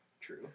true